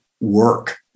work